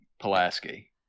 Pulaski